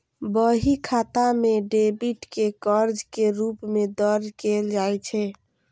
बही खाता मे डेबिट कें कर्ज के रूप मे दर्ज कैल जाइ छै